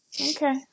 Okay